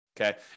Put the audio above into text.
okay